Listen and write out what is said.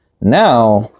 now